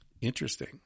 Interesting